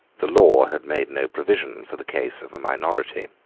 the law had made no provision for the case of a minority.